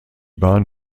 bahn